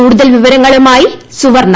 കൂടുതൽ വിവരങ്ങളുമായി ്സുവർണ